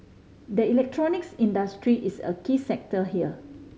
the electronics industry is a key sector here